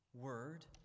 word